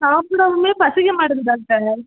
சாப்பிடவுமே பசிக்கமாட்டேது டாக்டர்